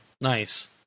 Nice